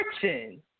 Fortune